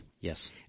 Yes